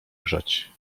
grzać